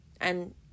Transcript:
And